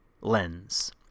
lens